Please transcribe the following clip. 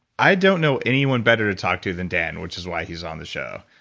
i don't know anyone better to talk to than dan which is why he's on the show.